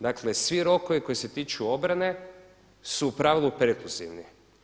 Dakle, svi rokovi koji se tiču obrane su u pravilu prekluzivni.